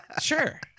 Sure